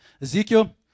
Ezekiel